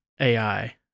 AI